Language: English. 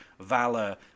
valor